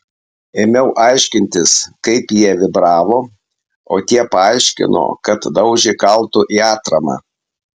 ėmiau aiškintis kaip jie vibravo o tie paaiškino kad daužė kaltu į atramą